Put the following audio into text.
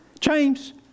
James